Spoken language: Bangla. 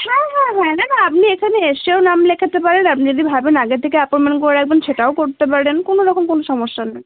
হ্যাঁ হ্যাঁ হ্যাঁ না না আপনি এখানে এসেও নাম লেখাতে পারেন আপনি যদি ভাবেন আগের থেকে অ্যাপয়েন্টমেন্ট করে রাখবেন সেটাও করতে পারেন কোনো রকম কোনো সমস্যা নেই